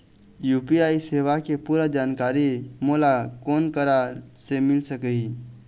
UPI सेवा के पूरा जानकारी मोला कोन करा से मिल सकही?